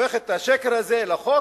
הופך את השקר הזה לחוק,